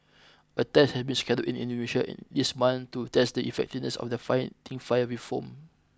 a test has been scheduled in Indonesia this month to test the effectiveness of the fighting fire with foam